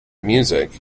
music